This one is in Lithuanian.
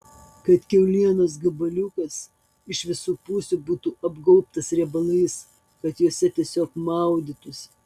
kad kiaulienos gabaliukas iš visų pusių būtų apgaubtas riebalais kad juose tiesiog maudytųsi